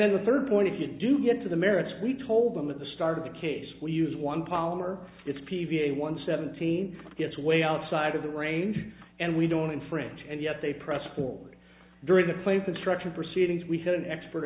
then the third point if you do get to the merits we told them at the start of the case we use one palmer it's p v a one seventeen it's way outside of the range and we don't infringe and yet they press forward during the play of the structure proceedings we had an expert